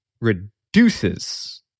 reduces